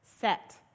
set